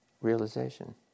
realization